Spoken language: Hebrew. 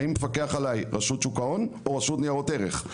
האם מפקח עליי רשות שוק ההון או רשות ניירות ערך?